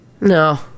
No